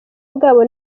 bwabo